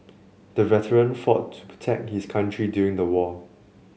the veteran fought to protect his country during the war